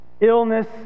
illness